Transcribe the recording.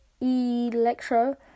electro